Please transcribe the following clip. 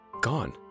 gone